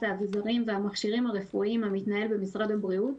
האבזרים והמכשירים הרפואיים המתנהל במשרד הבריאות